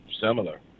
Similar